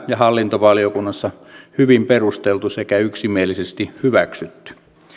ja hallintovaliokunnassa hyvin perusteltu sekä yksimielisesti hyväksytty